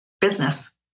business